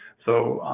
so,